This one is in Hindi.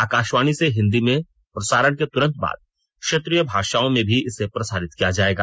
आकाशवाणी से हिन्दी में प्रसारण के तुरंत बाद क्षेत्रीय भाषाओं में भी इसे प्रसारित किया जायेगा